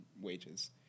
wages